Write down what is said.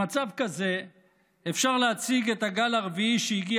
במצב כזה אפשר להציג את הגל הרביעי שהגיע